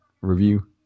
review